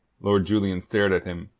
lord julian stared at him,